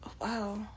Wow